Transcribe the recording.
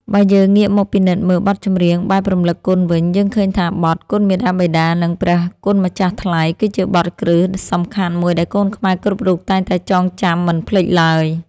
បើយើងងាកមកពិនិត្យមើលបទចម្រៀងបែបរំលឹកគុណវិញ យើងឃើញថាបទ គុណមាតាបិតា និង ព្រះគុណម្ចាស់ថ្លៃ គឺជាបទ គ្រឹះសំខាន់មួយដែលកូនខ្មែរគ្រប់រូបតែងតែចងចាំមិនភ្លេចឡើយ។